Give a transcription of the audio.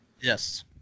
Yes